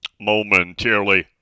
momentarily